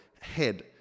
head